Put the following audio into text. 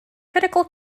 critical